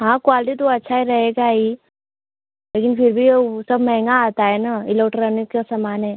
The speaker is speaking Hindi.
हाँ क्वालटी तो अच्छा रहेगा ही लेकिन फिर भी वो सब महेंगा आता है ना इलोट्रॉनिक का सामान है